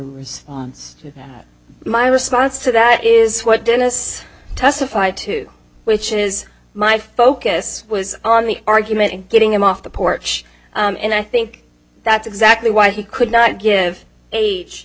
response to that my response to that is what dennis testified to which is my focus was on the argument and getting him off the porch and i think that's exactly why he could not give age